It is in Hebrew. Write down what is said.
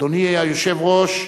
אדוני היושב-ראש,